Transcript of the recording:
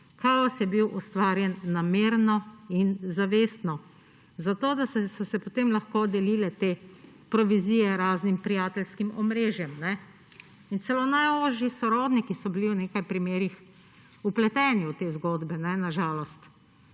kaos je bil ustvarjen namerno in zavestno, zato da so se potem lahko delile te provizije raznim prijateljskim omrežjem. Celo najožji sorodniki so bili v nekaj primerih vpleteni v te zgodbe, na žalost,